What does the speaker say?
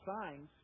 signs